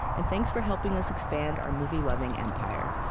and thanks for helping us expand our movie-loving empire